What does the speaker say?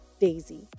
Daisy